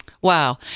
wow